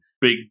big